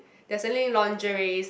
they are selling lingerie